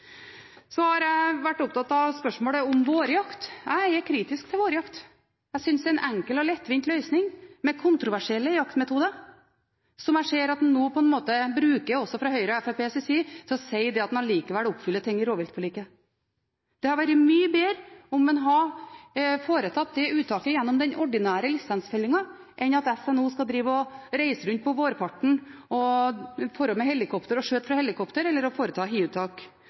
Så har jeg vært opptatt av spørsmålet om vårjakt. Jeg er kritisk til vårjakt. Jeg synes det er en enkel og lettvint løsning, med kontroversielle jaktmetoder, som jeg ser at en nå bruker også fra Høyres og Fremskrittspartiets side til å si at en likevel oppfyller ting i rovviltforliket. Det hadde vært mye bedre om en hadde foretatt det uttaket gjennom den ordinære lisensfellingen i stedet for at SNO skal reise rundt på vårparten og skyte fra helikopter